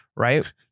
Right